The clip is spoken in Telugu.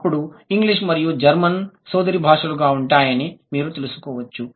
అప్పుడు ఇంగ్లీషు మరియు జర్మన్ సోదరి భాషలుగా ఉంటాయని మీరు తెలుసుకోవచ్చు